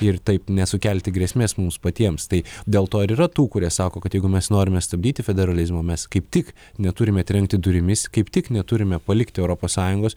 ir taip nesukelti grėsmės mums patiems tai dėl to ir yra tų kurie sako kad jeigu mes norime stabdyti federalizmą mes kaip tik neturime trenkti durimis kaip tik neturime palikti europos sąjungos